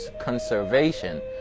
conservation